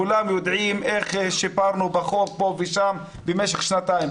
כולם יודעים איך שיפרנו פה ושם במשך שנתיים,